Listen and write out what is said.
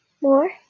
More